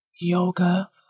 yoga